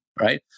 right